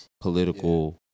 political